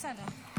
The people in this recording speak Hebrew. בסדר.